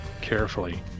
carefully